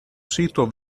sito